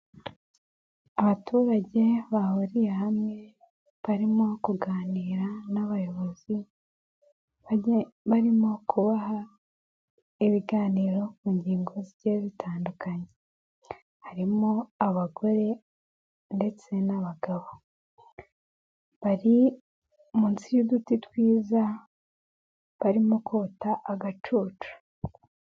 Abaturage bahuriye hamwe, barimo kuganira n'abayobozi, barimo kubaha ibiganiro mu ngingo zigiye zitandukanye. Harimo abagore ndetse n'abagabo. Bari munsi y'uduti twiza, barimo kota agacucu.